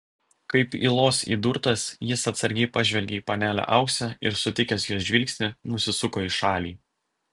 kaip ylos įdurtas jis atsargiai pažvelgė į panelę auksę ir sutikęs jos žvilgsnį nusisuko į šalį